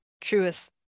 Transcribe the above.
truest